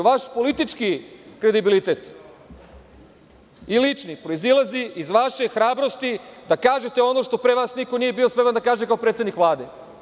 Vaš politički kredibilitet i lični proizilazi iz vaše hrabrosti da kažete ono što pre vas niko nije bio spreman da kaže kao predsednik Vlade.